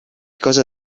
cosa